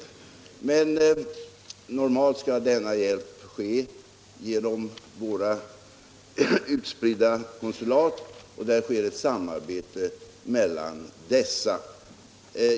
Men normalt skall denna hjälp lämnas genom våra olika konsulat, och det sker ett samarbete mellan dessa.